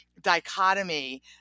dichotomy